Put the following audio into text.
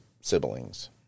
siblings